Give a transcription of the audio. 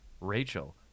Rachel